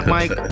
Mike